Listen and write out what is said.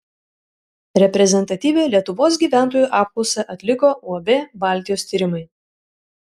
reprezentatyvią lietuvos gyventojų apklausą atliko uab baltijos tyrimai